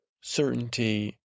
certainty